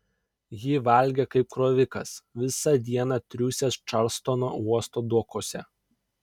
ji valgė kaip krovikas visą dieną triūsęs čarlstono uosto dokuose